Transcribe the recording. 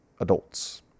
adults